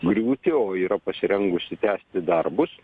griūti o yra pasirengusi tęsti darbus